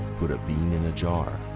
put a bean in a jar.